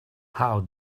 how